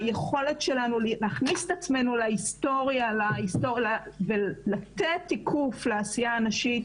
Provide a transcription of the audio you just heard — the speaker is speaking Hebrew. היכולת שלנו להכניס את עצמנו להיסטוריה ולתת תיקוף לעשייה של הנשים,